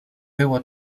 było